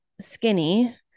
skinny